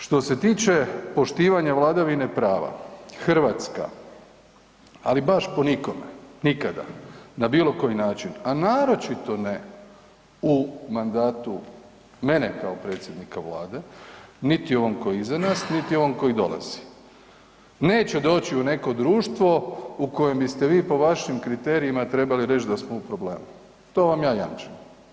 Što se tiče poštivanja vladavine prava, Hrvatska, ali baš po nikome, nikada na bilo koji način, a naročito ne u mandatu mene kao predsjednika Vlade, niti u ovom koji je iza nas niti u ovom koji dolazi, neće doći u neko društvo u kojem biste vi, po vašim kriterijima trebali reći da smo u problemu, to vam ja jamčim.